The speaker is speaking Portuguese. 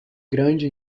grande